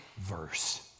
verse